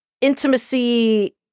intimacy